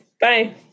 Bye